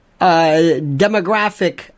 demographic